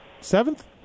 Seventh